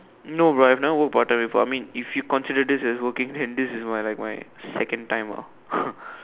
no bro I've never work part time before I mean if you consider this as working then this is like my second time ah